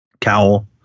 Cowl